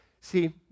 See